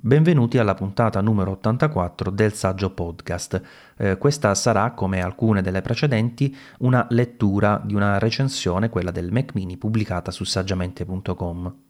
Benvenuti alla puntata numero 84 del Saggio Podcast. Eh, questa sarà, come alcune delle precedenti, una lettura di una recensione, quella del Mac Mini, pubblicata su saggiamente.com.